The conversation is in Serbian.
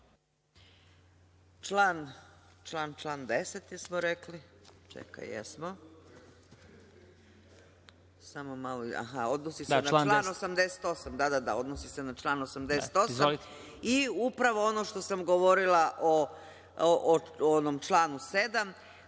Član 10. jesmo rekli, jesmo. Samo malo, odnosi se na član 88, da, da, odnosi se na član 88. I upravo ono što sam govorila o onom članu 7,